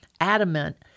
adamant